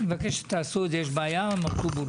יש בעיה, מר קופל?